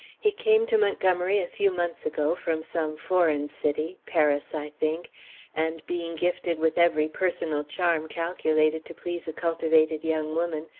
he came to montgomery a few months ago, from some foreign city paris, i think and, being gifted with every personal charm calculated to please a cultivated young woman,